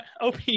OP